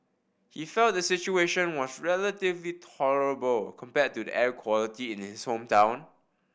he felt the situation was relatively tolerable compared to the air quality in his hometown